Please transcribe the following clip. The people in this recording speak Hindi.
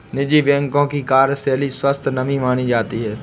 निजी बैंकों की कार्यशैली स्वस्थ मानी जाती है